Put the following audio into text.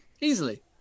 easily